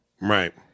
Right